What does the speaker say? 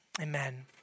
Amen